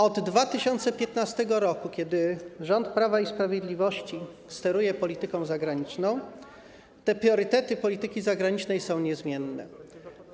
Od 2015 r., czyli od kiedy rząd Prawa i Sprawiedliwości steruje polityką zagraniczną, priorytety polityki zagranicznej są niezmienne.